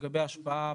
לגבי ההשפעה